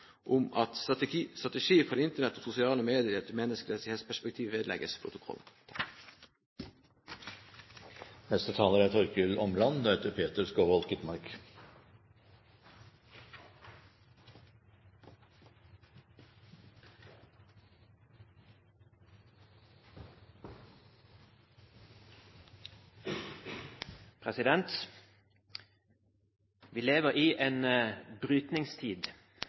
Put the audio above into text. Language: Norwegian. om en strategi for Internett og sosiale medier i et menneskerettighetsperspektiv vedlegges protokollen. Vi lever i en brytningstid